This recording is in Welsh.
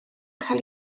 cael